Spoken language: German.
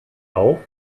auf